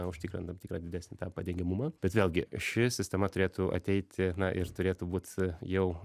užtikrint tam tikrą didesnį tą padengiamumą bet vėlgi ši sistema turėtų ateiti na ir turėtų būt jau